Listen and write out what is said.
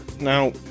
now